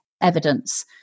evidence